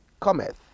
cometh